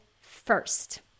first